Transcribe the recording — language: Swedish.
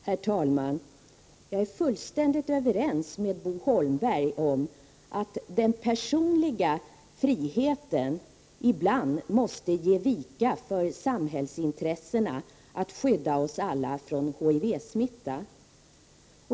Herr talman! Jag är fullständigt överens med Bo Holmberg om att den personliga friheten ibland måste ge vika för samhällsintresset att skydda oss alla från HIV-smitta.